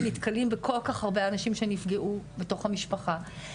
נתקלים בכל כך הרבה אנשים שנפגעו בתוך המשפחה.